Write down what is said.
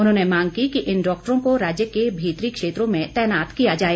उन्होंने मांग की कि इन डाक्टरों को राज्य के भीतरी क्षेत्रों में तैनात किया जाए